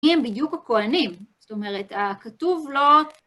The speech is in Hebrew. מי הם בדיוק הכוהנים, זאת אומרת, הכתוב לא...